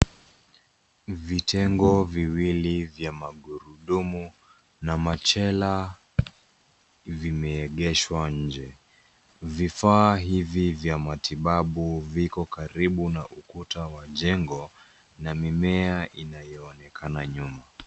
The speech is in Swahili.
Vitengo viwili ya magurudumu na machela vimeegeshwa nje vifaa hivi vya matibabu viko karibu na ukuta wa jengo na mimea inayoonekana nyuma.